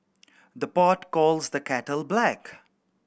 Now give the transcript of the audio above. the pot calls the kettle black